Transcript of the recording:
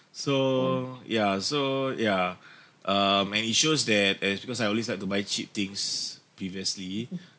so yeah so yeah um and it shows that and it's because I always like to buy cheap things previously